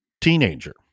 teenager